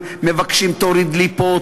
מבקשים: תוריד לי פה,